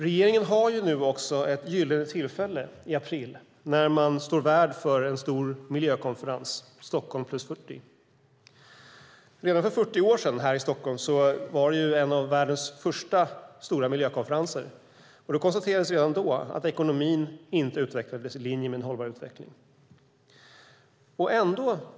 Regeringen har nu också ett gyllene tillfälle i april när man står värd för en stor miljökonferens - Stockholm + 40. Redan för 40 år sedan här i Stockholm hölls en av världens första stora miljökonferenser. Det konstaterades redan då att ekonomin inte utvecklades i linje med en hållbar utveckling.